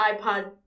iPod